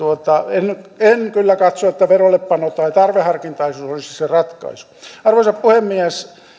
en en kyllä katso että verollepano tai tarveharkintaisuus olisi se ratkaisu arvoisa puhemies